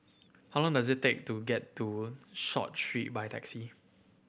how long does it take to get to Short Street by taxi